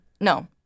No